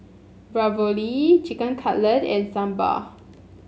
Ravioli Chicken Cutlet and Sambar